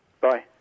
Bye